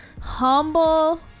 Humble